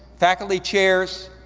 faculty chairs,